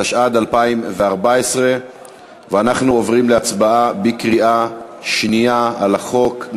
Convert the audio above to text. התשע"ד 2014. אנחנו עוברים להצבעה בקריאה שנייה על החוק.